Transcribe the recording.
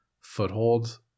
foothold